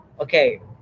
Okay